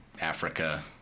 Africa